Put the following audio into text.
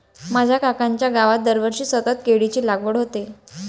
माझ्या काकांच्या गावात दरवर्षी सतत केळीची लागवड होते